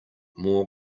more